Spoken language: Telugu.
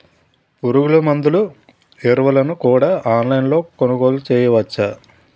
పురుగుమందులు ఎరువులను కూడా ఆన్లైన్ లొ కొనుగోలు చేయవచ్చా?